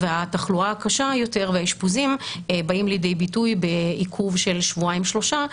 והתחלואה הקשה יותר והאשפוזים באים לידי ביטוי בעיכוב של שבועיים-שלושה,